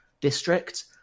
district